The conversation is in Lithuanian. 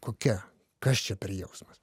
kokia kas čia per jausmas